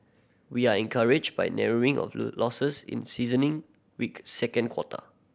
we are encouraged by narrowing of losses in seasoning weak second quarter